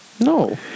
No